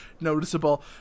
noticeable